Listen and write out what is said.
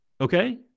Okay